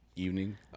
evening